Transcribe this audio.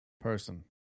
person